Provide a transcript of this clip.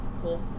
cool